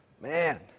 Man